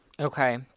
Okay